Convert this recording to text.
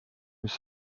mis